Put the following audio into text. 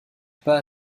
pas